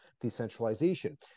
decentralization